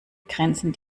grenzen